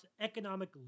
economic